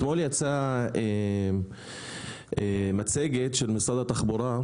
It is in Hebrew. אתמול יצאה מצגת של משרד התחבורה,